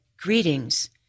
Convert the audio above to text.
Greetings